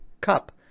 cup